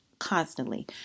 constantly